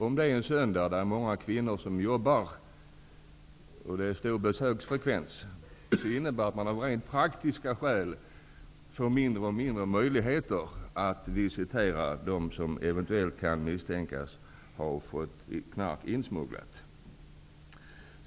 Om det är söndag och stor besöksfrekvens och många kvinnor jobbar får man av rent praktiska skäl sämre möjligheter att visitera dem som eventuellt kan misstänkas ha fått knark insmugglat.